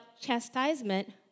chastisement